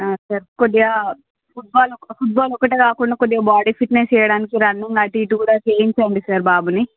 ఆ సార్ కొద్దిగా football football ఒక్కటే కాకుండా కొద్దిగా బాడీ ఫిట్నెస్ చేయడానికి రన్నింగ్ అటు ఇటూ కూడా చేయించండి సార్ బాబుని